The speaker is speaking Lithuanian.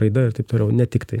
raida ir taip toliau ne tik tai